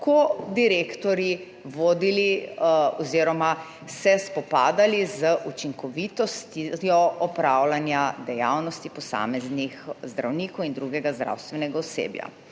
lahko direktorji vodili oziroma se spopadali z učinkovitostjo opravljanja dejavnosti posameznih zdravnikov in drugega zdravstvenega osebja.